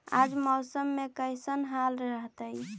आज मौसम के कैसन हाल रहतइ?